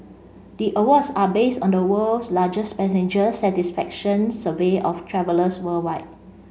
the awards are based on the world's largest passenger satisfaction survey of travellers worldwide